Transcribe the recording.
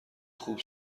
خوب